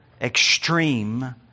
extreme